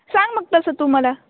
सांग मग तसं तू मला